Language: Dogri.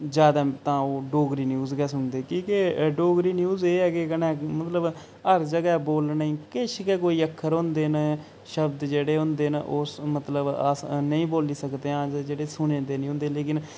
ज्यादा तां ओह् डोगरी न्यूज गै सुनदे कि के डोगरी न्यूज एह् ऐ के कन्नै मतलब हर जगह बोलने गी किश गै कोई अक्खर होंदे न शब्द जेह्ड़े होंदे न ओह् मतलब अस नेईं बोली सकदे हां जेह्ड़े सुने दे नेईं होंदे लेकिन